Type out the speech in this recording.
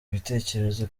bitekerezo